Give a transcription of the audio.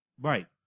Right